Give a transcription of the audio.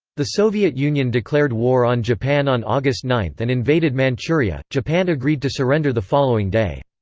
the soviet union declared war on japan on august nine and invaded manchuria. japan agreed to surrender the following day.